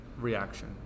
reaction